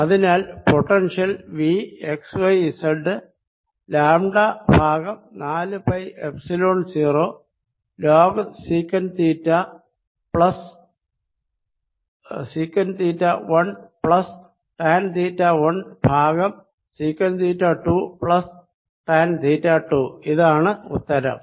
അതിനാൽ potential V x yz lambda ഭാഗം നാലു pi epsilon 0 log sec theta 1 plus tan theta 1 ഭാഗം sec theta 2 plus tan theta 2 ഇതാണ് ഉത്തരം